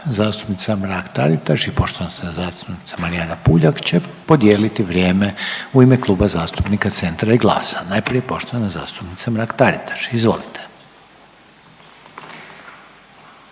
zastupnica Mrak Taritaš i poštovana zastupnica Marijana Puljak će podijeliti vrijeme u ime Kluba zastupnika Centra i GLAS-a. Najprije poštovana zastupnica Mrak Taritaš, izvolite.